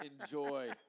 Enjoy